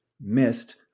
missed